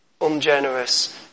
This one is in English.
ungenerous